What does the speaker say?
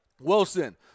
Wilson